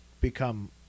become